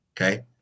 okay